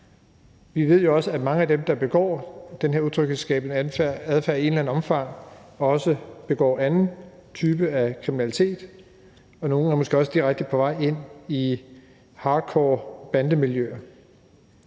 Vi ved jo også, at mange af dem, der har den her utryghedsskabende adfærd i et eller andet omfang, også begår anden type af kriminalitet, og nogle er måske også direkte på vej ind i hardcore bandemiljøer.